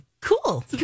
Cool